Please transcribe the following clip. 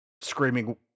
screaming